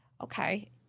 okay